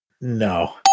No